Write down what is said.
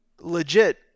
legit